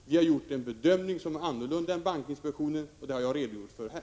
Vi har gjort en bedömning som är en annan än bankinspektionens, och den har jag redogjort för här.